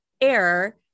air